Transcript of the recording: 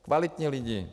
Kvalitní lidi.